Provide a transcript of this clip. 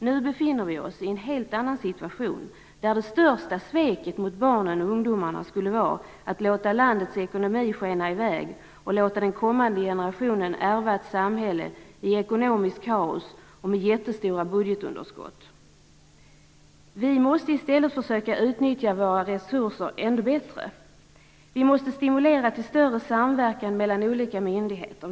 Nu befinner vi oss i en helt annan situation, där det största sveket mot barnen och ungdomarna skulle vara att låta landets ekonomi skena i väg och att låta den kommande generationen ärva ett samhälle i ekonomiskt kaos och med jättestora budgetunderskott. Vi måste i stället försöka utnyttja våra resurser ännu bättre. Vi måste stimulera till större samverkan mellan olika myndigheter.